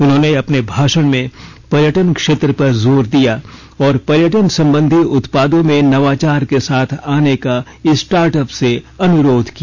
उन्होंने अपने भाषण में पर्यटन क्षेत्र पर जोर दिया और पर्यटन संबंधी उत्पादों में नवाचार के साथ आने का स्टार्टअप से अनुरोध किया